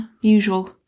usual